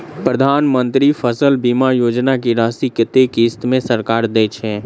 प्रधानमंत्री फसल बीमा योजना की राशि कत्ते किस्त मे सरकार देय छै?